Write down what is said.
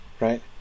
right